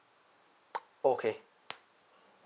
okay